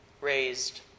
raised